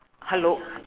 hello